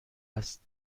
است